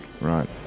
Right